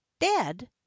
dead